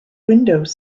windows